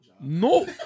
No